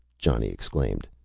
johnny exclaimed,